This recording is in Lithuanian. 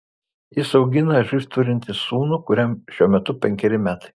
jis augina živ turintį sūnų kuriam šiuo metu penkeri metai